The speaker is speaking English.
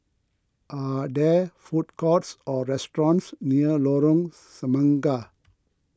are there food courts or restaurants near Lorong Semangka